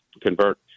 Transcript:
convert